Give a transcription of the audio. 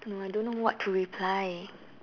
no I don't know what to reply